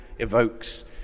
Evokes